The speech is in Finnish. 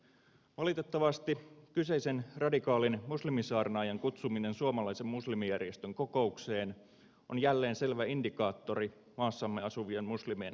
valitettavasti kyseisen radikaalin muslimisaarnaajan kutsuminen suomalaisen muslimijärjestön kokoukseen on jälleen selvä indikaattori maassamme asuvien muslimien radikalisoitumiskehityksestä